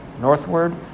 northward